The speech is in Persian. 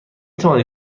توانید